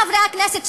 חברי הכנסת,